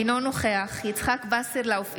אינו נוכח יצחק שמעון וסרלאוף,